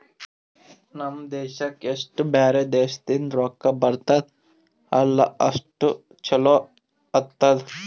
ನಮ್ ದೇಶಕ್ಕೆ ಎಸ್ಟ್ ಬ್ಯಾರೆ ದೇಶದಿಂದ್ ರೊಕ್ಕಾ ಬರ್ತುದ್ ಅಲ್ಲಾ ಅಷ್ಟು ಛಲೋ ಆತ್ತುದ್